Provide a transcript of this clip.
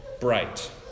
bright